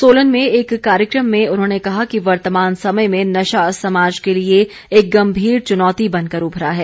सोलन में एक कार्यक्रम में उन्होंने कहा कि वर्तमान समय में नशा समाज के लिए एक गम्भीर चुनौती बनकर उभरा है